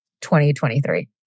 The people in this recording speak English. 2023